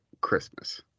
Christmas